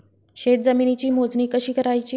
शेत जमिनीची मोजणी कशी करायची?